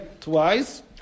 twice